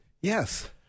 Yes